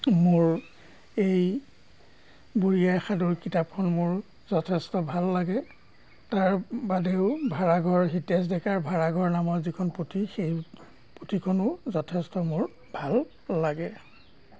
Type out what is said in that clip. মোৰ এই বুঢ়ী আইৰ সাধুৰ কিতাপখন মোৰ যথেষ্ট ভাল লাগে তাৰ বাদেও ভাড়াঘৰ হিতেশ ডেকাৰ ভাড়াঘৰ নামৰ যিখন পুথি সেই পুথিখনো যথেষ্ট মোৰ ভাল লাগে